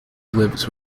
lives